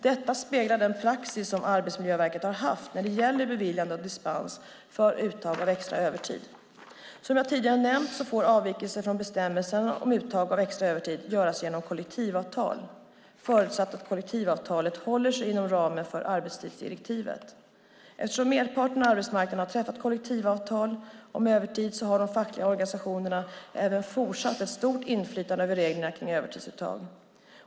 Detta speglar den praxis som Arbetsmiljöverket har haft när det gäller beviljande av dispens för uttag av extra övertid. Som jag tidigare nämnt får avvikelser från bestämmelserna om uttag av extra övertid göras genom kollektivavtal förutsatt att kollektivavtalet håller sig inom ramen för arbetstidsdirektivet. Eftersom merparten av arbetsmarknaden har träffat kollektivavtal om övertid har de fackliga organisationerna även fortsatt ett stort inflytande över reglerna kring övertidsuttag.